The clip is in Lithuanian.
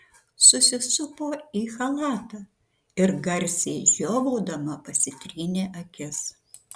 susisupo į chalatą ir garsiai žiovaudama pasitrynė akis